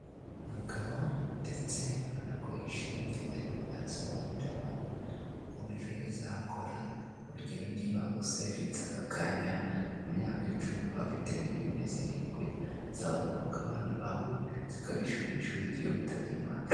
Umugabo ndetse ubona ko yishimye, arimo arasobanurira abantu uko muri ejo heza hakora, urugero niba usevinze aka kanya mu myaka icumi ukaba ufite miliyoni zirindwi, zagoboka abana bawe, zikabishyurira ishuri igihe witabye Imana.